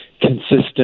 consistent